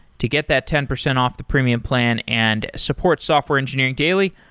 to get that ten percent off the premium plan and support software engineering daily,